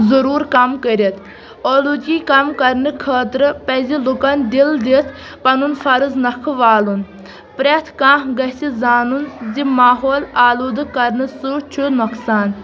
ضروٗر کم کٔرِتھ اولوٗگی کم کرنہٕ خٲطرٕ پَزِ لُکن دِل دِتھ پَنُن فرض نَکھٕ والُن پرٛٮ۪تھ کانٛہہ گژھِ زانُن زِ ماحول آلوٗدٕ کرنہٕ سۭتۍ چھُ نۄقصان